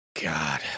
God